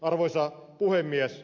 arvoisa puhemies